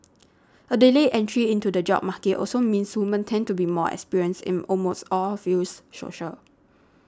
a delayed entry into the job market also means women tend to be more experienced in almost all fields social